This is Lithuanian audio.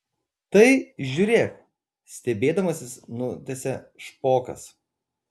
tai žiūrėk stebėdamasis nutęsia špokas